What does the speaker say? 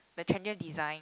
the trendier design